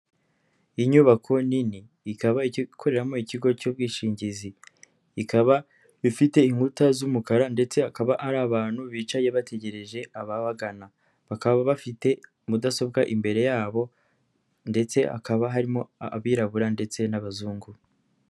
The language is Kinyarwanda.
Inyubako nini ikaba ikoreramo ikigo cy'ubwishingizi, ikaba ifite inkuta z'umukara ndetse akaba ari abantu bicaye bategereje ababagana, bakaba bafite mudasobwa imbere yabo ndetse hakaba harimo abirabura ndetse n'abazungu.